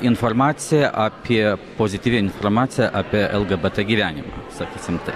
informacija apie pozityvi informacija apie lgbt gyvenimą sakysim taip